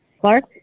Clark